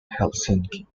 helsinki